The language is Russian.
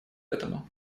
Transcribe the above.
этому